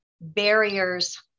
barriers